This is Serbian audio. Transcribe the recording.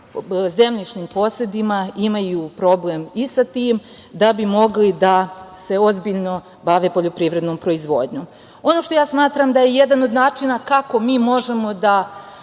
zemljišnim posedima imaju problem i sa tim da bi mogli da se ozbiljno bave poljoprivrednom proizvodnjom. Ono što ja smatram da je jedan od načina kako mi možemo da